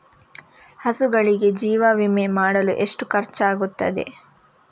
ಹಸುಗಳಿಗೆ ಜೀವ ವಿಮೆ ಮಾಡಲು ಎಷ್ಟು ಖರ್ಚಾಗುತ್ತದೆ?